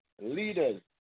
leaders